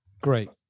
Great